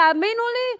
תאמינו לי,